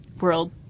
world